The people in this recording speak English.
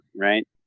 right